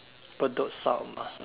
Bedok South ah